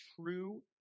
true